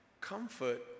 comfort